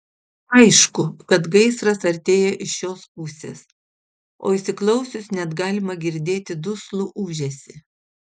aišku kad gaisras artėja iš šios pusės o įsiklausius net galima girdėti duslų ūžesį